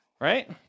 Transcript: Right